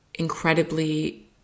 Incredibly